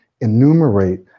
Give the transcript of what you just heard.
enumerate